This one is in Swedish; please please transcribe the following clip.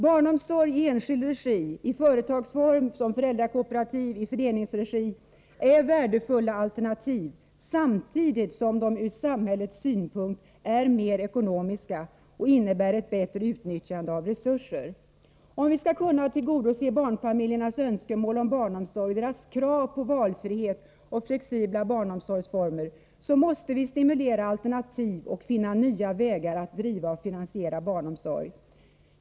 Barnomsorg i enskild regi, i företagsform, som föräldrakooperativ, i föreningsregi, är värdefulla alternativ samtidigt som de från samhällets synpunkt är mer ekonomiska och innebär ett bättre utnyttjande av resurser. Om vi skall kunna tillgodose barnfamiljernas önskemål om barnomsorg och deras krav på valfrihet och flexibla barnomsorgsformer måste vi stimulera alternativ och finna nya vägar att driva och finansiera barnomsorg.